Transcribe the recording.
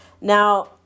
Now